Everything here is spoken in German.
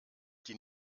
die